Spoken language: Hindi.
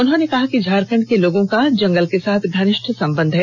उन्होंने कहा कि झारखंड के लोगों का जंगल के साथ घनिष्ट संबंध है